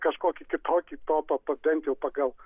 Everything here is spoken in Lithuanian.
kažkokį kitokį topą bent jau pagal